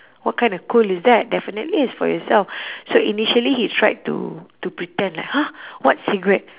what kind of cool is that definitely it's for yourself so initially he tried to to pretend like !huh! what cigarette